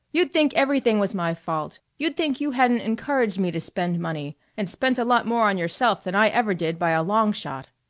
you'd think everything was my fault. you'd think you hadn't encouraged me to spend money and spent a lot more on yourself than i ever did by a long shot.